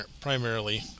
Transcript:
primarily